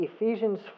Ephesians